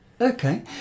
Okay